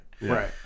Right